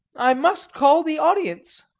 i must call the audience.